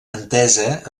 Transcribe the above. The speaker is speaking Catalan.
entesa